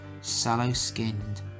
Sallow-skinned